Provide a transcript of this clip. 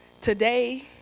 today